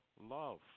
love